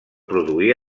produir